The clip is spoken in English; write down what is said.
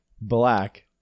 Black